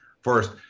First